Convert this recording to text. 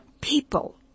People